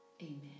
amen